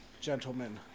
gentlemen